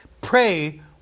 pray